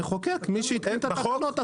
המחוקק, מי שהתקין את התקנות.